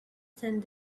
stand